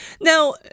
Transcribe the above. now